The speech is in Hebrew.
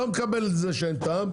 אני לא מקבל את זה שאין טעם.